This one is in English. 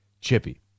chippy